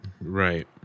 Right